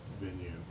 venue